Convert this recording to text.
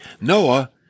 Noah